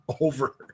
over